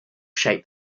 shape